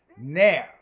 Now